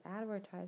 advertise